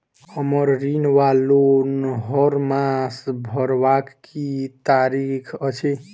हम्मर ऋण वा लोन हरमास भरवाक की तारीख अछि?